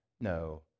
no